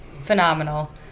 phenomenal